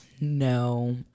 no